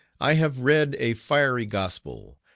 i have read a fiery gospel,